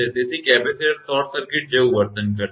તેથી capacitor short circuit જેવું વર્તન કરશે